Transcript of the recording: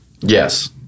Yes